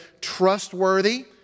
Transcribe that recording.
trustworthy